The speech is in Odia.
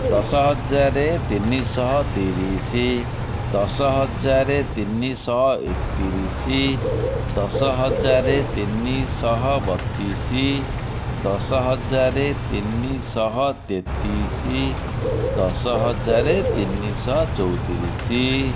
ଦଶହଜାର ତିନିଶହ ତିରିଶ ଦଶହଜାର ତିନିଶହ ଏକତିରିଶ ଦଶହଜାର ତିନିଶହ ବତିଶ ଦଶହଜାର ତିନିଶହ ତେତିଶ ଦଶହଜାର ତିନିଶହ ଚଉତିରିଶ